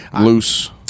loose